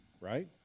right